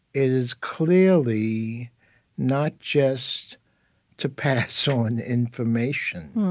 is clearly not just to pass on information.